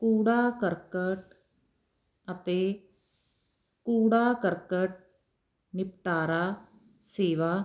ਕੂੜਾ ਕਰਕਟ ਅਤੇ ਕੂੜਾ ਕਰਕਟ ਨਿਪਟਾਰਾ ਸੇਵਾ